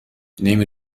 نمی